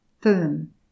firm